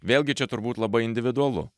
vėlgi čia turbūt labai individualu